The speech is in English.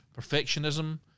perfectionism